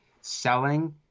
selling